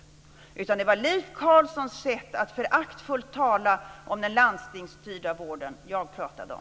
Det var alltså i stället Leif Carlsons sätt att föraktfullt tala om den landstingsstyrda vården som jag pratade om.